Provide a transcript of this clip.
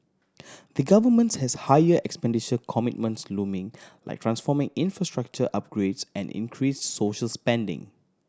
the governments has higher expenditure commitments looming like transformate infrastructure upgrades and increase social spending